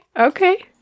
Okay